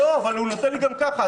הוא נותן לי גם ככה.